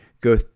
go